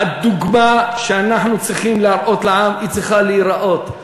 הדוגמה שאנחנו צריכים להראות לעם צריכה להיראות,